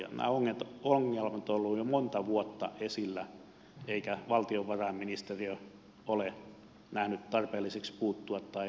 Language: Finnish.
nämä ongelmat ovat olleet jo monta vuotta esillä eikä valtiovarainministeriö tai eduskunta ole nähnyt tarpeelliseksi puuttua näihin asioihin